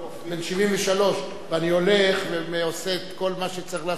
בן 73. ואני הולך ועושה את כל מה שצריך לעשות,